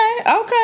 okay